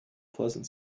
pleasant